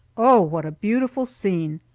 oh, what a beautiful scene!